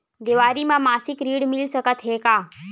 देवारी म मासिक ऋण मिल सकत हे?